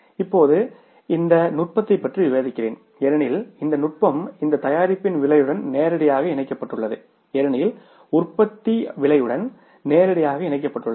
இப்போது இந்த நுட்பத்தைப் பற்றி விவாதிக்கிறேன் ஏனெனில் இந்த நுட்பம் இந்த தயாரிப்பின் விலையுடன் நேரடியாக இணைக்கப்பட்டுள்ளது ஏனெனில் உற்பத்தியின் விலையுடன் நேரடியாக இணைக்கப்பட்டுள்ளது